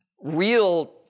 real